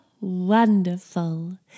wonderful